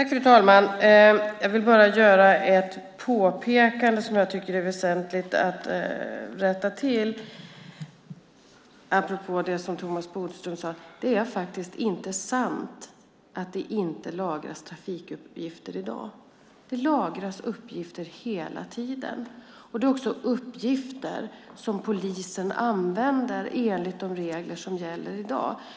Fru talman! Jag vill bara göra ett påpekande därför att jag tycker att det är väsentligt att rätta till det som Thomas Bodström sade. Det är faktiskt inte sant att det inte lagras trafikuppgifter i dag. Det lagras uppgifter hela tiden. Det är också uppgifter som polisen använder enligt de regler som gäller i dag.